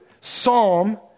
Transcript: Psalm